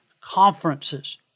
conferences